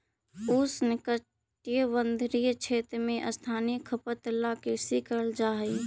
उष्णकटिबंधीय क्षेत्र में स्थानीय खपत ला कृषि करल जा हई